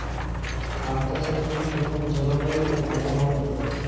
আখ চাষের জন্য কি রকম জলবায়ু ও আবহাওয়া দরকার?